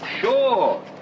Sure